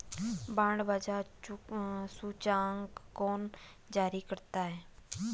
Bond बाजार सूचकांक कौन जारी करता है?